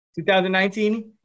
2019